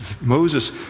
Moses